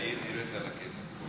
והעיר נראית עלא כיפאק.